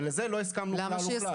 ולזה לא הסכמנו כלל וכלל.